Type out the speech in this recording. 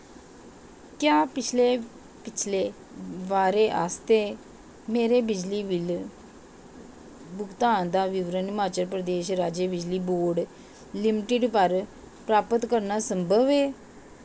क्या पिछले पिछले ब'रे आस्तै मेरे बिजली बिल भुगतान दा विवरण हिमाचल प्रदेश राज्य बिजली बोर्ड लिमिटड पर प्राप्त करना संभव ऐ